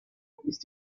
ist